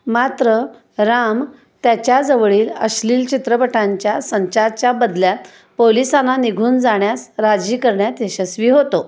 मात्र राम त्याच्याजवळील अश्लील चित्रपटांच्या संचाच्या बदल्यात पोलिसाना निघून जाण्यास राजी करण्यात यशस्वी होतो